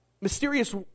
Mysterious